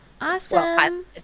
awesome